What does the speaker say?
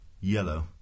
Yellow